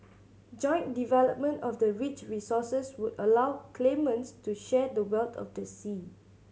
joint development of the rich resources would allow claimants to share the wealth of the sea